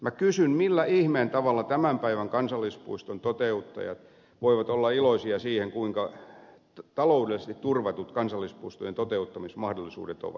minä kysyn millä ihmeen tavalla tämän päivän kansallispuiston toteuttajat voivat olla iloisia siitä kuinka taloudellisesti turva tut kansallispuistojen toteuttamismahdollisuudet ovat